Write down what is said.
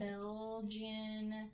Belgian